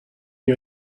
you